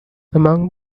among